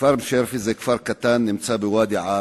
כפר מושרייפה הוא כפר קטן בוואדי-עארה,